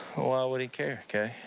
why would he care, kay?